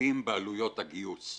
ההבדלים בעלויות הגיוס.